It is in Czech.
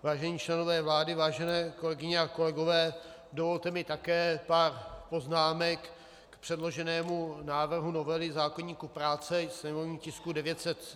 Vážení členové vlády, vážené kolegyně a kolegové, dovolte mi také pár poznámek k předloženému návrhu novely zákoníku práce, sněmovnímu tisku 903.